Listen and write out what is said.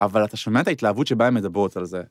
‫אבל אתה שומע את ההתלהבות ‫שבהן מדברות על זה.